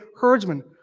herdsman